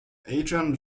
adrian